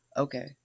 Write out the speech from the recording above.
okay